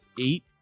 Eight